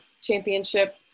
championship